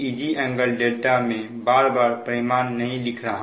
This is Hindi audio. ∟δ मैं बार बार परिमाण नहीं कह रहा